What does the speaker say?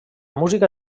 música